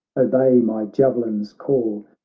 obey my javelin's call.